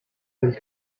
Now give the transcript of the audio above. del